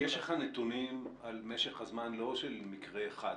יש לך נתונים על משך הזמן לא של מקרה אחד,